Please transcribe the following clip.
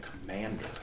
commander